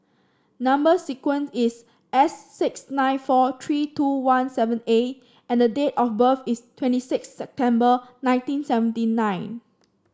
number sequence is S six nine four three two one seven A and date of birth is twenty six September nineteen seventy nine